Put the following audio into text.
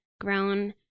grown